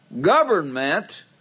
government